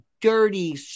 dirty